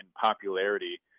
popularity